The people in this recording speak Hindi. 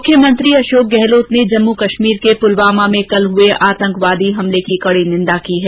मुख्यमंत्री अशोक गहलोत ने जम्मू कश्मीर के पुलवामा में कल हुए आतंकवादी हमले की कड़ी निंदा की है